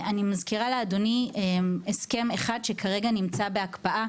אני מזכירה לאדוני הסכם אחד שכרגע נמצא בהקפאה,